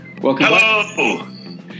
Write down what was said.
Welcome